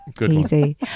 easy